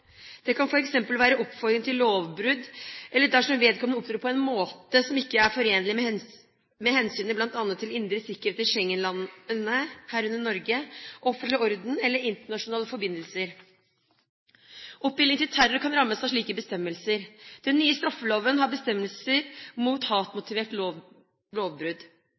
Det kan f.eks. være oppfordring til lovbrudd eller dersom vedkommende opptrer på en måte som ikke er forenlig med hensyn til bl.a. indre sikkerhet i Schengen-landene, herunder Norge, offentlig orden eller internasjonale forbindelser. Oppildning til terror kan rammes av slike bestemmelser. Den nye straffeloven har bestemmelser mot hatmotiverte lovbrudd.